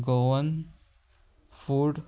Goan food